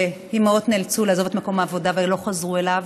שאימהות נאלצו לעזוב את מקום העבודה ולא חזרו אליו.